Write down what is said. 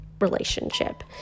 relationship